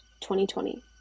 2020